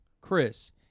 Chris